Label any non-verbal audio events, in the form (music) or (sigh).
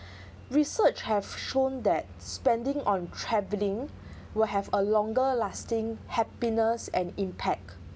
(breath) research have shown that spending on travelling (breath) will have a longer lasting happiness and impact